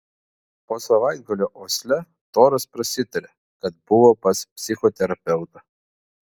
po savaitgalio osle toras prasitarė kad buvo pas psichoterapeutą